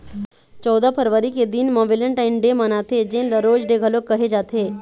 चउदा फरवरी के दिन म वेलेंटाइन डे मनाथे जेन ल रोज डे घलोक कहे जाथे